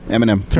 Eminem